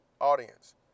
audience